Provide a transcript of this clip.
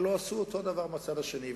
הלוא עשו את אותו דבר מהצד השני.